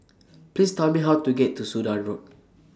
Please Tell Me How to get to Sudan Road